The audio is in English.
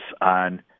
on